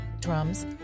drums